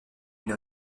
une